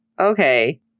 okay